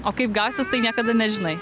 o kaip gausis tai niekada nežinai